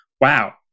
wow